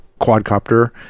quadcopter